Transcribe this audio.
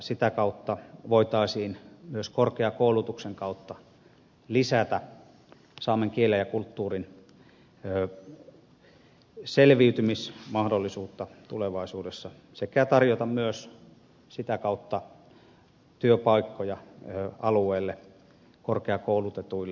sitä kautta voitaisiin myös korkeakoulutuksen kautta lisätä saamen kielen ja kulttuurin selviytymismahdollisuutta tulevaisuudessa sekä tarjota myös sitä kautta työpaikkoja alueen korkeakoulutetuille henkilöille